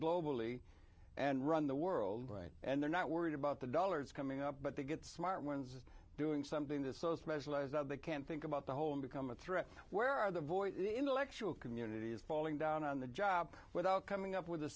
globally and run the world right and they're not worried about the dollars coming up but they get smart ones doing something that's so specialized now they can't think about the whole and become a threat where are the voice intellectual community is falling down on the job without coming up with the